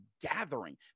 gathering